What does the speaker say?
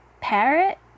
Parrot